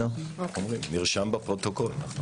נרשם בפרוטוקול.